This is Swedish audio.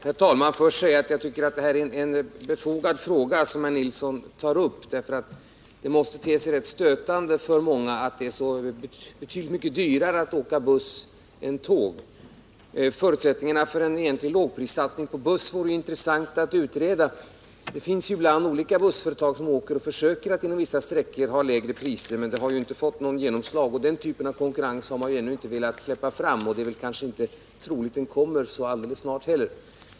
Herr talman! Låt mig först säga att jag tycker det är en befogad fråga som herr Nilsson tar upp. Det måste ju te sig rätt stötande för många att det är betydligt dyrare att åka buss än tåg. Förutsättningarna för en egentlig lågprissatsning på bussar vore intressanta att utreda. Det förekommer ibland att olika bussföretag försöker att inom vissa sträckor hålla lägre priser, men detta har inte fått något genomslag. Denna typ av konkurrens har man ännu inte velat släppa fram, och det är väl inte troligt att den kommer så snart heller.